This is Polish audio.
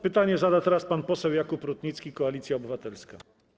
Pytanie zada teraz pan poseł Jakub Rutnicki, Koalicja Obywatelska.